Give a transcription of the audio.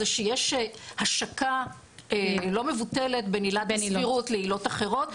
זה שיש השקה לא מבוטלת בין עילת הסבירות לעילות אחרות,